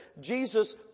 Jesus